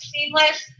Seamless